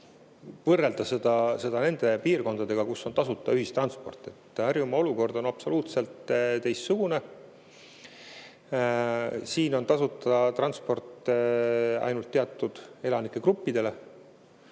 võrrelda seda nende piirkondadega, kus on tasuta ühistransport. Harjumaa olukord on absoluutselt teistsugune. Siin on tasuta transport ainult teatud elanikegruppidele